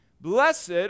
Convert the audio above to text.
Blessed